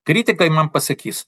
kritikai man pasakys